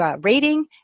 rating